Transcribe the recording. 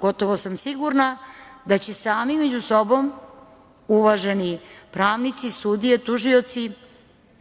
Gotovo sam sigurna da će sami među sobom uvaženi pravnici, sudije, tužioci